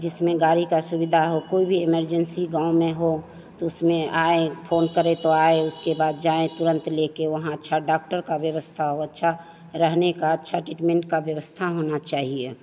जिसमें गाड़ी की सुविधा हो कोई भी इमरजेन्सी गाँव में हो तो उसमें आएँ फ़ोन करें तो आएँ उसके बाद जाएँ तुरन्त लेकर वहाँ अच्छे डॉक्टर की व्यवस्था हो अच्छा रहने का अच्छे ट्रीटमेन्ट की व्यवस्था होनी चाहिए